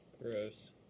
Gross